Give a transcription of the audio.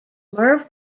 merv